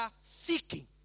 seeking